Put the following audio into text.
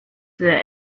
there